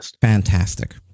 Fantastic